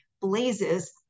blazes